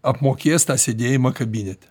apmokės tą sėdėjimą kabinete